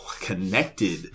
connected